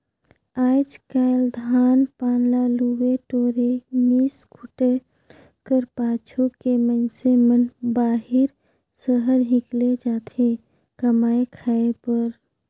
आएज काएल धान पान ल लुए टोरे, मिस कुइट कर पाछू के मइनसे मन बाहिर सहर हिकेल जाथे कमाए खाए बर